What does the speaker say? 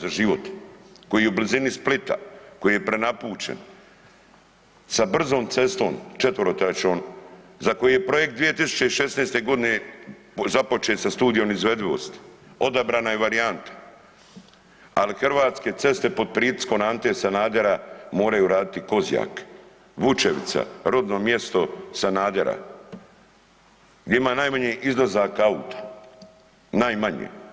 za život, koji je u blizini Splita koji je prenapučen, sa brzom cestom 4-tračnom za koje je projekt 2016. započet sa studijom izvedivosti, odabrana je varijanta, ali Hrvatske ceste pod pritiskom Ante Sanadera moraju raditi Kozjak, Vučevica, rodno mjesto Sanadera, gdje ima najmanji izlazaka auta, najmanje.